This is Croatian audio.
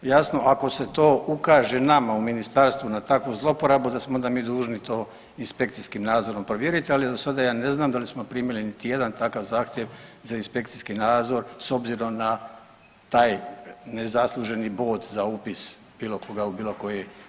Jasno, ako se to ukaže nama u Ministarstvu na takvu zlouporabu, da smo onda mi dužni to inspekcijskim nadzorom provjeriti, ali do sada ja ne znam da li smo primili ili jedan takav zahtjev za inspekcijski nadzor s obzirom na taj nezasluženi bog za upis bilo koga, u bilo koji dio škole.